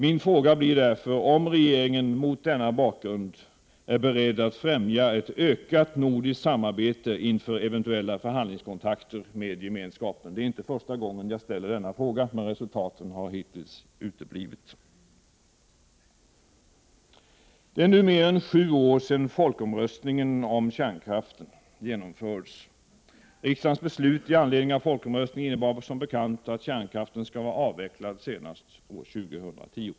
Min fråga blir därför om regeringen — mot denna bakgrund — är beredd att främja ett ökat nordiskt samarbete inför eventuella förhandlingskontakter med gemenskapen. Det är inte första gången som jag ställer denna fråga. Men resultaten har hittills uteblivit. Det är nu mer än sju år sedan folkomröstningen om kärnkraften genomfördes. Riksdagens beslut i anledning av folkomröstningen innebar som bekant att kärnkraften skall vara avvecklad senast år 2010.